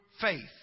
faith